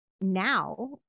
now